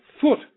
foot